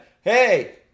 hey